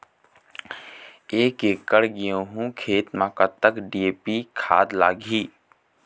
एकड़ गेहूं खेत म कतक डी.ए.पी खाद लाग ही?